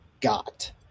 got